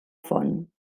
font